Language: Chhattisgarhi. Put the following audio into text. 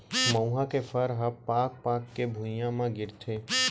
मउहा के फर ह पाक पाक के भुंइया म गिरथे